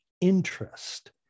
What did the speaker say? interest